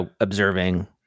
observing